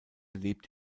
lebt